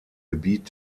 gebiet